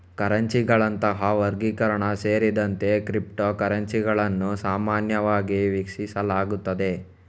ಕರೆನ್ಸಿಗಳಂತಹ ವರ್ಗೀಕರಣ ಸೇರಿದಂತೆ ಕ್ರಿಪ್ಟೋ ಕರೆನ್ಸಿಗಳನ್ನು ಸಾಮಾನ್ಯವಾಗಿ ವೀಕ್ಷಿಸಲಾಗುತ್ತದೆ